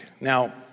Now